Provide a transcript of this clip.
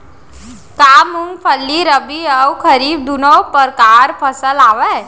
का मूंगफली रबि अऊ खरीफ दूनो परकार फसल आवय?